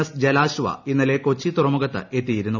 S Jalashwa ഇന്നലെ കൊച്ചി തുറമുഖത്ത് എത്തിയിരുന്നു